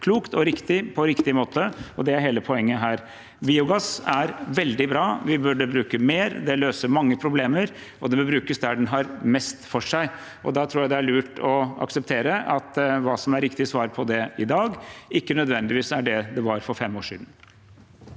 klokt og riktig, på riktig måte. Det er hele poenget her. Biogass er veldig bra, og vi burde bruke det mer. Det løser mange problemer, og det bør brukes der det har mest for seg. Da tror jeg det er lurt å akseptere at det som er riktig svar på det i dag, ikke nødvendigvis er det det var for fem år siden.